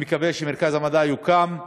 אני מקווה שמרכז המידע יוקם.